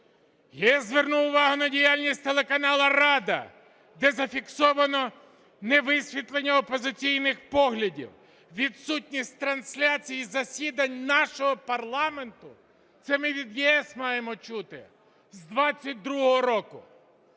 ЄС звернув увагу на діяльність телеканалу "Рада", де зафіксовано невисвітлення опозиційних поглядів, відсутність трансляцій засідань нашого парламенту (це ми від ЄС маємо чути?) з 22-го року.